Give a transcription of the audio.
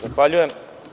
Zahvaljujem.